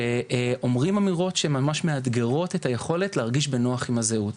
שאומרים אמירות שממש מאתגרות את היכולת להרגיש בנוח עם הזהות.